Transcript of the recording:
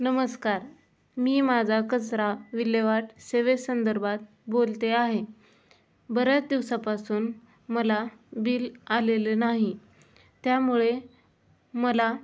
नमस्कार मी माझा कचरा विल्हेवाट सेवेसंदर्भात बोलते आहे बऱ्याच दिवसापासून मला बिल आलेले नाही त्यामुळे मला